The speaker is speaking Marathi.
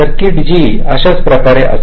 सर्किटजी अशाच प्रकारे असते